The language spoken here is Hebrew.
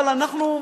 אבל אנחנו,